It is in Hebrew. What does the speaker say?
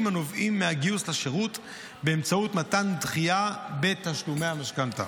הנובעים מהגיוס לשירות באמצעות מתן דחייה בתשלומי המשכנתה.